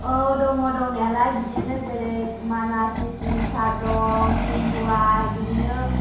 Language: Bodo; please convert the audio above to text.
औ दङ दंनायालाय बिदिनो जेरै मानास नेसनेल पार्क दं जुमदुवार बिदिनो